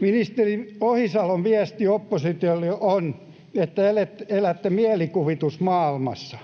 Ministeri Ohisalon viesti oppositiolle on, että elätte mielikuvitusmaailmassa.